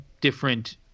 different